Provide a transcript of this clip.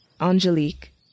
Angelique